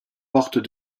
portes